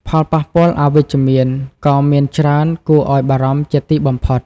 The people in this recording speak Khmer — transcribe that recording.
ផលប៉ះពាល់អវិជ្ជមាន ក៏មានច្រើនគួរឱ្យបារម្ភជាបំផុត។